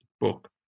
book